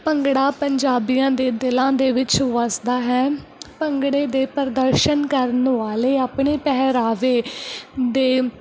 ਭੰਗੜਾ ਪੰਜਾਬੀਆਂ ਦੇ ਦਿਲਾਂ ਦੇ ਵਿੱਚ ਵੱਸਦਾ ਹੈ ਭੰਗੜੇ ਦੇ ਪ੍ਰਦਰਸ਼ਨ ਕਰਨ ਵਾਲੇ ਆਪਣੇ ਪਹਿਰਾਵੇ ਦੇ